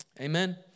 Amen